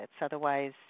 Otherwise